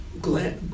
glad